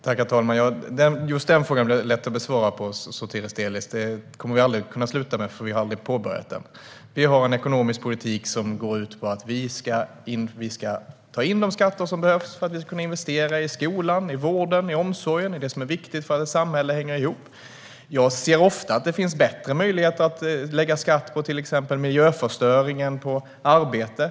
Herr talman! Just den frågan är lätt att besvara, Sotiris Delis. Det kommer vi aldrig att kunna sluta med, för vi har aldrig haft någon. Vi har en ekonomisk politik som går ut på att ta in de skatter som behövs för att vi ska kunna investera i skolan, vården, omsorgen och det som är viktigt för att samhället ska hänga ihop. Jag ser ofta att det finns bättre möjligheter att lägga skatt på till exempel miljöförstöring än på arbete, men en del skatter drabbar också skattebasen arbete för att vi på det sättet ska kunna investera i skolan. Då kan de unga växa upp och förverkliga sina idéer och starta företag. Det tycker jag är bra.